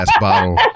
bottle